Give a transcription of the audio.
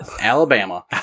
Alabama